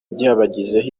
byabagizeho